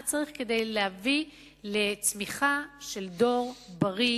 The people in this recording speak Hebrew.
מה צריך כדי להביא לצמיחה של דור בריא